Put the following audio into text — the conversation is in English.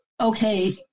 Okay